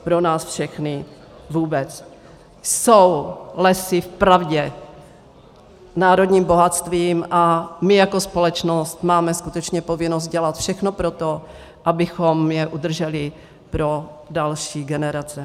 Pro nás všechny vůbec jsou lesy vpravdě národním bohatstvím a my jako společnost máme skutečně povinnost dělat všechno pro to, abychom je udrželi pro další generace.